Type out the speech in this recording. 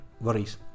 worries